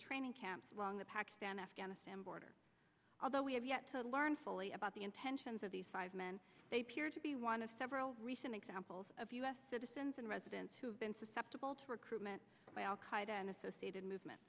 training camps along the pakistan afghanistan border although we have yet to learn fully about the intentions of these five men they peered to be one of several recent examples of u s citizens and residents who have been susceptible to recruitment by al qaida an associated movement